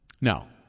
Now